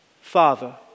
Father